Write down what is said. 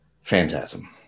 Phantasm